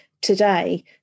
today